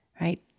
right